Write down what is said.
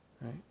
Right